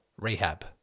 rehab